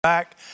back